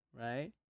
right